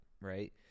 right